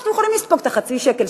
אנחנו יכולים לספוג חצי שקל,